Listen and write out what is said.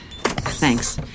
Thanks